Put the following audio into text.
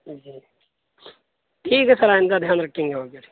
جی ٹھیک ہے سر آئندہ دھیان رکھیں گے ہم پھر